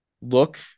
look